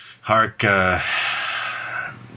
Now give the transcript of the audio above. Hark